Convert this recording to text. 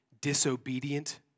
disobedient